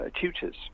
tutors